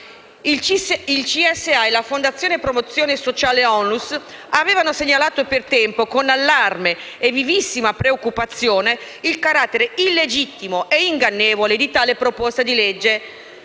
Il CSA e la Fondazione promozione sociale ONLUS avevano segnalato per tempo con allarme e vivissima preoccupazione il carattere illegittimo e ingannevole di tale proposta di legge.